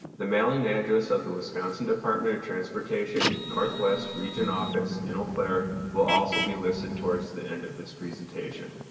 the mailing address of the wisconsin department of transportation northwest region office in eau claire will also be listed towards the end of this presentation.